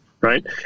right